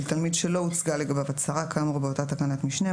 תלמיד שלא הוצגה לגביו הצהרה כאמור באותה תקנת משנה,